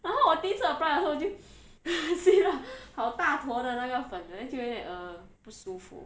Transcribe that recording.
然后我第一次 apply 的时候我就 吸了好大坨的那个粉 then 就会 err 不舒服